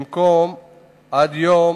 במקום עד יום